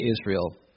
Israel